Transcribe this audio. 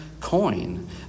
coin